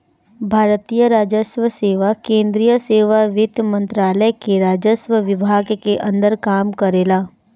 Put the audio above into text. भारतीय राजस्व सेवा केंद्रीय सेवा वित्त मंत्रालय के राजस्व विभाग के अंदर काम करेला